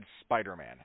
Spider-Man